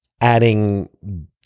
adding